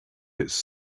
its